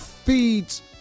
feeds